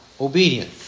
obedient